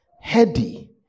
heady